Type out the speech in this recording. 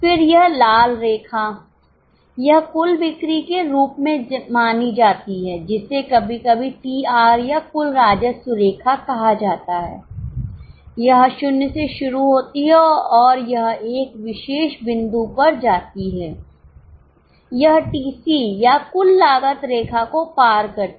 फिर यह लाल रेखा यह कुल बिक्री के रूप में जानी जाती है जिसे कभी कभी टीआर या कुल राजस्व रेखा कहा जाता है यह 0 से शुरू होती है और यह एक विशेष बिंदु पर जाती है यह टीसी या कुल लागत रेखा को पार करती है